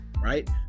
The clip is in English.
right